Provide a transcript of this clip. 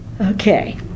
okay